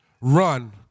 run